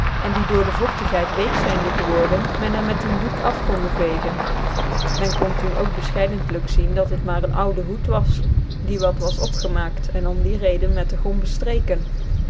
cn die door dc vogtighcid weck zyndc geworden men er met een doek nfkondc vegen men kon doen ook bcfchcidcntlijk zien dat het maar een oude hoed was die wat was opgemaakt en om die reden met de gom betreken